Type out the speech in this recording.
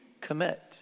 commit